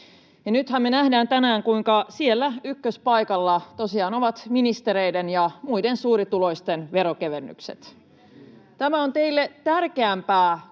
Nythän me nähdään tänään, kuinka siellä ykköspaikalla tosiaan ovat ministereiden ja muiden suurituloisten veronkevennykset. [Jenna Simula: Jäikö